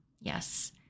Yes